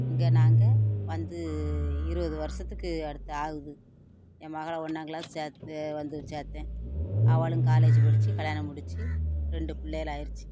இங்கே நாங்கள் வந்து இருபது வருடத்துக்கு அடுத்து ஆகுது என் மகளை ஒண்ணாங்ளாஸ் சேர்த்து வந்து சேர்த்தேன் அவளும் காலேஜ் படிச்சு கல்யாணம் முடிச்சி ரெண்டு புள்ளைகளாயிருச்சு